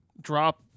drop